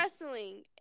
wrestling